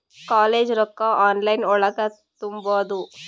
College ರೊಕ್ಕ online ಒಳಗ ತುಂಬುದು?